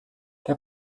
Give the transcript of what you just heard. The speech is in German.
der